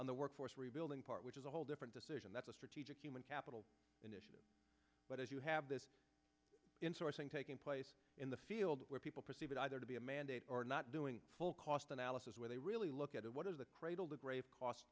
on the workforce rebuilding part which is a whole different decision that's a strategic human capital initiative but as you have this insourcing taking place in the field where people perceive it either to be a mandate or not doing full cost analysis where they really look at what is the cradle to grave cost